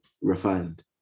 refined